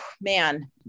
man